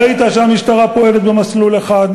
ראית שהמשטרה פועלת במסלול אחד,